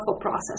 process